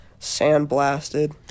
sandblasted